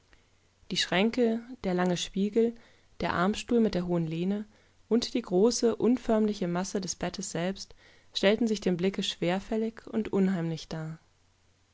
die schränke der lange spiegel der armstuhl mit der hohen lehne und die große unförmliche masse des bettes selbst stellten sich dem blicke schwerfällig und unheimlichdar die